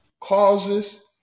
causes